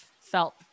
felt